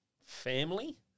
family